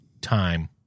time